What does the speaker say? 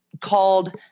called